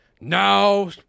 Now